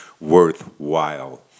worthwhile